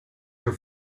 your